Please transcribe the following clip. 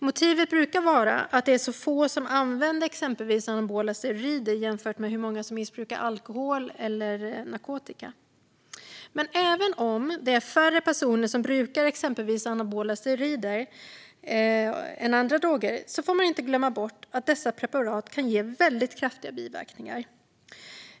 Motivet brukar vara att det är så få som använder exempelvis anabola steroider jämfört med hur många som missbrukar alkohol eller narkotika. Men även om det är färre personer som brukar exempelvis anabola steroider än andra droger får man inte glömma bort att dessa preparat kan ge väldigt kraftiga biverkningar.